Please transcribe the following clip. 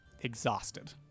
exhausted